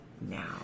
now